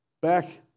Back